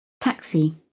Taxi